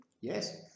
Yes